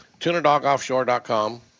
Tunerdogoffshore.com